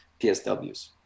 PSWs